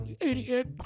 Idiot